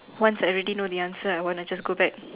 once I already know the answer I want to just go back